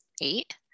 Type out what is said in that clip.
Eight